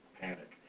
panic